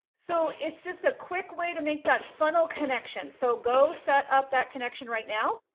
so it's just a quick way to make that funnel connection. so go set up that connection right now.